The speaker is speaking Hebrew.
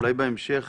אולי בהמשך